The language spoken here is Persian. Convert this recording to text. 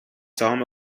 سهام